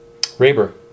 Raber